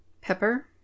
pepper